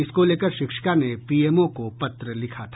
इसको लेकर शिक्षिका ने पीएमओ को पत्र लिखा था